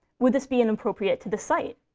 would this be inappropriate to the site?